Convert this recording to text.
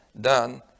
done